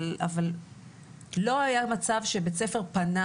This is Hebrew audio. אבל לא היה מצב שבית ספר פנה